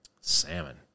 Salmon